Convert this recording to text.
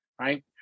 right